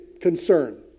concern